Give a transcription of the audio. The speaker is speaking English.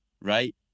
right